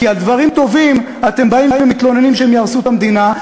כי על דברים טובים אתם באים ומתלוננים שהם יהרסו את המדינה.